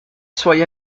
suoi